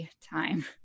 time